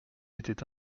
était